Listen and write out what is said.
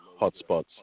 hotspots